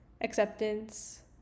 acceptance